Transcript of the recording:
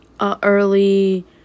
early